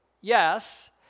yes